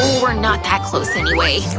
we're not that close anyway.